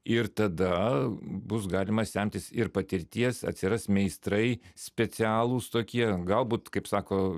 ir tada bus galima semtis ir patirties atsiras meistrai specialūs tokie galbūt kaip sako